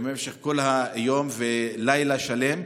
במשך כל היום ולילה שלם,